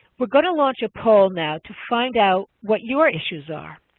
we're going to launch a poll now to find out what your issues are.